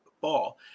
ball